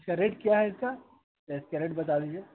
rate کیا ہے اس کا اس کیا ریٹ بتا دیجیے